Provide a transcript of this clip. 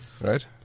right